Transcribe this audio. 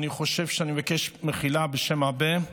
אני חושב שאני מבקש מחילה בשם הרבה,